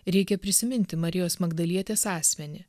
reikia prisiminti marijos magdalietės asmenį